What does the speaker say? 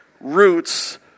roots